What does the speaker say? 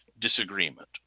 disagreement